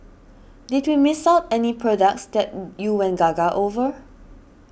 did we miss out any products that you went gaga over